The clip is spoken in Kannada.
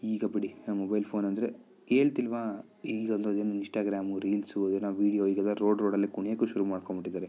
ಈಗ ಬಿಡಿ ಆ ಮೊಬೈಲ್ ಫೋನಂದ್ರೆ ಹೇಳ್ತಿಲ್ವ ಈಗ ಇನ್ಸ್ಟಾಗ್ರಾಮು ರೀಲ್ಸು ಏನೋ ವೀಡಿಯೋ ಈಗೆಲ್ಲ ರೋಡ್ ರೋಡಲ್ಲೆ ಕುಣಿಯೋಕ್ಕು ಶುರು ಮಾಡ್ಕೊಂಬಿಟ್ಟಿದ್ದಾರೆ